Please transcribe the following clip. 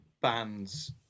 bands